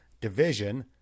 division